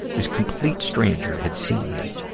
this complete stranger had seen me,